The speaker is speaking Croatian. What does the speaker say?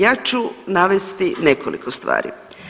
Ja ću navesti nekoliko stvari.